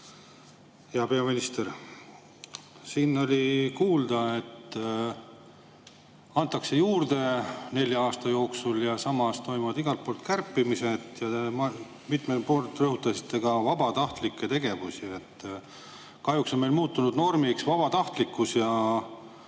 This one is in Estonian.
Hea peaminister! Siin oli kuulda, et antakse [raha] juurde nelja aasta jooksul ja samas toimuvad igalt poolt kärpimised. Mitmel korral rõhutasite ka vabatahtlike tegevust. Kahjuks on meil muutunud vabatahtlikkus